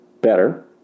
better